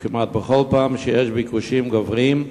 כמעט בכל פעם שיש ביקושים גוברים,